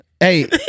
Hey